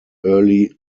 early